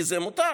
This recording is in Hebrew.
כי זה מותר.